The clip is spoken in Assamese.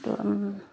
তো